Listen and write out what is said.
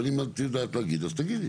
אבל אם את יודעת להגיד, אז תגידי.